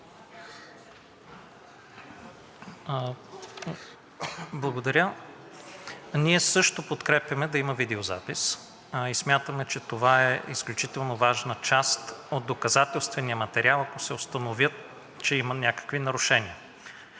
ВАСИЛЕВ: Ние също подкрепяме да има видеозапис, а и смятаме, че това е изключително важна част от доказателствения материал, ако се установи, че има някакви нарушения.